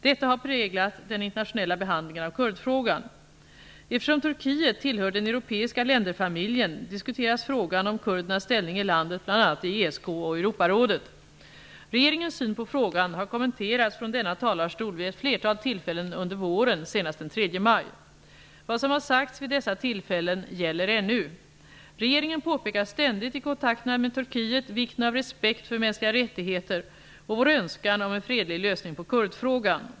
Detta har präglat den internationella behandlingen av kurdfrågan. Eftersom Turkiet tillhör den europeiska länderfamiljen diskuteras frågan om kurdernas ställning i landet bl.a. i ESK och Europarådet. Regeringens syn på frågan har kommenterats från denna talarstol vid ett flertal tillfällen under våren, senast den 3 maj. Vad som har sagts vid dessa tillfällen gäller ännu. Regeringen påpekar ständigt i kontakterna med Turkiet vikten av respekt för mänskliga rättigheter och vår önskan om en fredlig lösning på kurdfrågan.